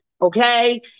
Okay